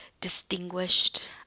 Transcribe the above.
distinguished